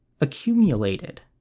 accumulated